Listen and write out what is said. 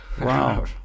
Wow